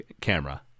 camera